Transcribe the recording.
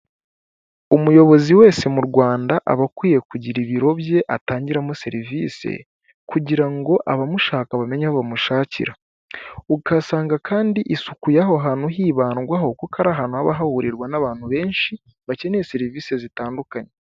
Umuyobozi wese mu Rwanda aba akwiye kugira ibiro bye atangiramo serivisi, kugira ngo abamushaka bamenye bamushakira. Ugasanga kandi isuku y'aho hantu hibandwaho kuko ari ahantu haba hahurirwa n'abantu benshi bakeneye serivisi zitandukanye.